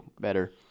better